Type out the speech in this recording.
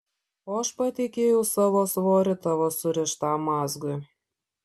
o aš patikėjau savo svorį tavo surištam mazgui